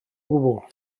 gwbl